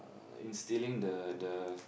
instilling the the